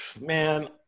man